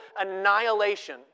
annihilation